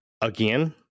Again